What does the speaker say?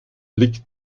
liegt